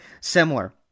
similar